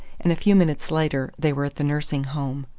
and a few minutes later they were at the nursing home.